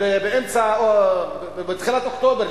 בתחילת אוקטובר,